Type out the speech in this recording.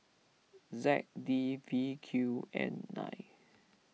Z D V Q N nine